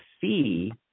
fee